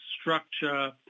structure